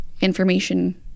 information